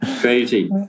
crazy